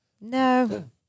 No